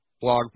blog